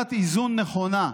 לנקודת איזון נכונה.